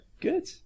Good